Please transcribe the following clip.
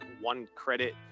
one-credit